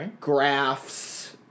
graphs